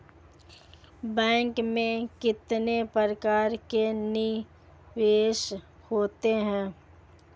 Bank में कितने प्रकार के निवेश होते हैं?